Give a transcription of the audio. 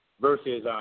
versus